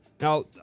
Now